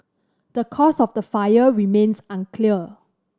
the cause of the fire remains unclear